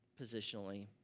positionally